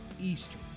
Eastern